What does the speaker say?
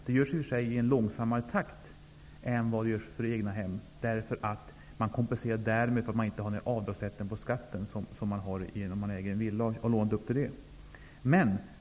Det görs i och för sig i en långsammare takt än för egnahem, men man kompenserar därmed att bostadsrättsägaren inte har den avdragsrätt på skatten som den har som äger en villa och har lånat upp till den.